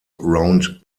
round